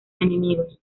enemigos